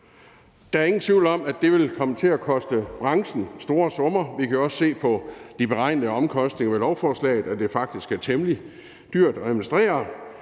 Der er ingen tvivl om, at det vil komme til at koste branchen store summer. Vi kan jo også se på de beregnede omkostninger i lovforslaget, at det faktisk er temmelig dyrt at administrere